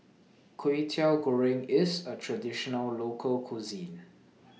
Kway Teow Goreng IS A Traditional Local Cuisine